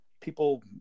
people